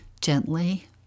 gently